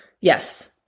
yes